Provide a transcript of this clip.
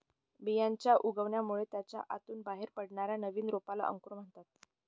बियांच्या उगवणामुळे त्याच्या आतून बाहेर पडणाऱ्या नवीन रोपाला अंकुर म्हणतात